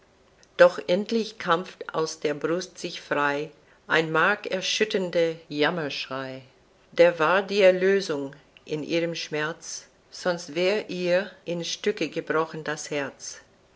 doch endlich kämpft aus der brust sich frei ein markerschütternder jammerschrei der war die erlösung in ihrem schmerz sonst wär ihr in stücke gebrochen das herz